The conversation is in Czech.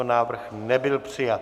Návrh nebyl přijat.